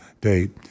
date